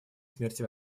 смерти